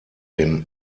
dem